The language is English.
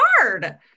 hard